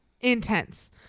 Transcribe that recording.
intense